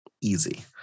Easy